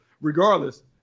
Regardless